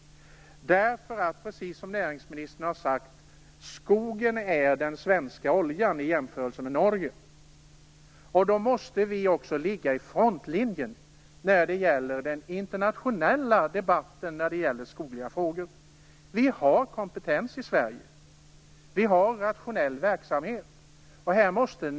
Precis som näringsministern har sagt är skogen den svenska oljan, för att göra en jämförelse med Norge. Därför måste vi också ligga i frontlinjen i den internationella debatten om skogliga frågor. Vi har kompetens i Sverige. Vi har rationell verksamhet.